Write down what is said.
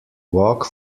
walk